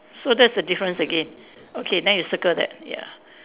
so that's a difference again okay then you circle that ya